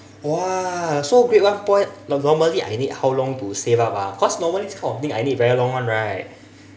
!wah! so grade one point normally I need how long to save up ah cause normally this kind of thing I need very long [one] right